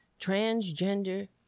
transgender